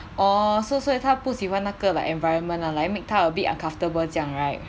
orh so 所以她不喜欢那个 like environment lah like make 她 feel a bit uncomfortable 这样 right